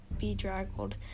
bedraggled